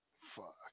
fuck